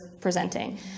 presenting